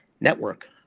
network